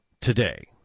Today